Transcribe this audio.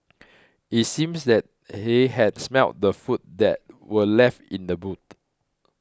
it seems that he had smelt the food that were left in the boot